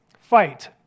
fight